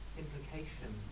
implication